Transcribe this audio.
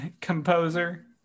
composer